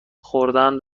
خوردن